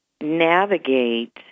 navigate